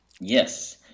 Yes